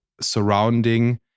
surrounding